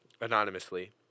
anonymously